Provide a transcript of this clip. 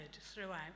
throughout